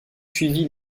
suivi